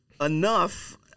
enough